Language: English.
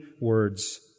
words